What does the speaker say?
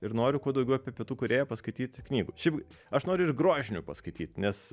ir noriu kuo daugiau apie pietų korėją paskaityti knygų šiaip aš noriu ir grožinių paskaityt nes